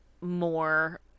more